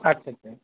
ଆଚ୍ଛା ଆଚ୍ଛା